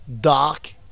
dark